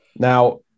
Now